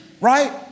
right